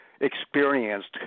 experienced